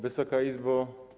Wysoka Izbo!